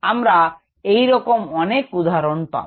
আমরা এইরকম অনেক উদাহরণ পাবো